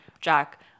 Jack